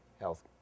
health